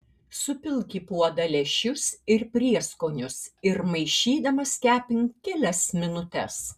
supilk į puodą lęšius ir prieskonius ir maišydamas kepink kelias minutes